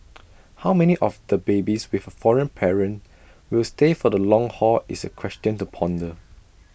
how many of the babies with A foreign parent will stay for the long haul is A question to ponder